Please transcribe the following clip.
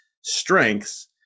strengths